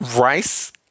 Rice